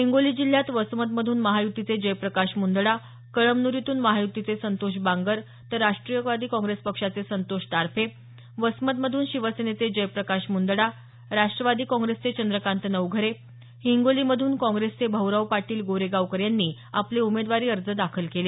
हिंगोली जिल्ह्यात वसमतमधून महायुतीचे जयप्रकाश मुंदडा कळमनुरीतून महायुतीचे संतोष बांगर तर राष्ट्रीय काँग्रेस पक्षाचे संतोष टार्फे वसमतमधून शिवसेनेचे जयप्रकाश मंदडा राष्ट्रवादी काँग्रेसचे चंद्रकांत नवघरे हिंगोलीमधून काँग्रेसचे भाऊराव पाटील गोरेगावकर यांनी आपले उमेदवारी अर्ज दाखल केले